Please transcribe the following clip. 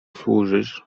służysz